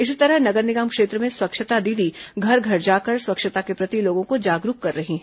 इसी तरह नगर निगम क्षेत्र में स्वच्छता दीदी घर घर जाकर स्वच्छता के प्रति लोगों को जागरूक कर रही हैं